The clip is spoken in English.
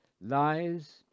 lies